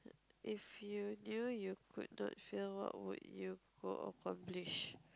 if you knew you could not fail what would you go accomplish